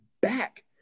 back